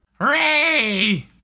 Hooray